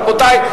רבותי.